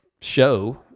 show